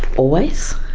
always.